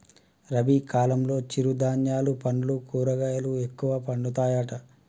రబీ కాలంలో చిరు ధాన్యాలు పండ్లు కూరగాయలు ఎక్కువ పండుతాయట